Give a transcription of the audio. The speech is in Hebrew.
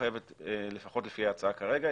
לפחות לפי ההצעה כרגע,